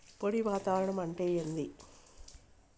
పొడి వాతావరణం అంటే ఏంది?